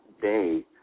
day